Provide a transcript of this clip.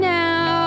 now